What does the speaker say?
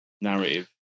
narrative